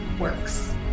works